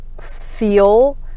feel